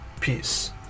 Peace